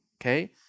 okay